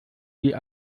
wie